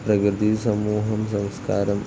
പ്രകൃതി സമൂഹം സംസ്കാരം